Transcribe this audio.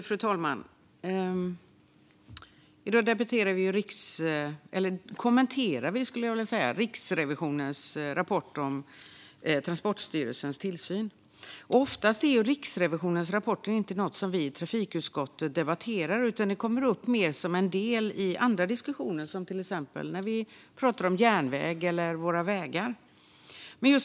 Fru talman! I dag kommenterar vi Riksrevisionens rapport om Transportstyrelsens tillsyn . Oftast är Riksrevisionens rapporter inte något som vi i trafikutskottet debatterar, utan de kommer upp mer som en del i andra diskussioner, till exempel när vi pratar om järnväg eller vägar.